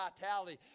vitality